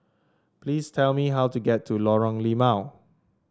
please tell me how to get to Lorong Limau